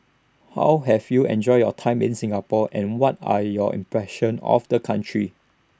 how have you enjoyed your time in Singapore and what are your impressions of the country